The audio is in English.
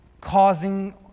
causing